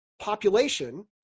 population